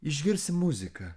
išgirsi muziką